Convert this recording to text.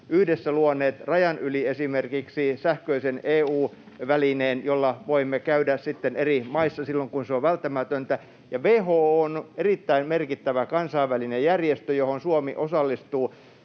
yhdessä luoneet esimerkiksi rajan yli toimivan sähköisen EU-välineen, niin että voimme käydä sitten eri maissa silloin, kun se on välttämätöntä. WHO on erittäin merkittävä kansainvälinen järjestö, johon Suomi osallistuu.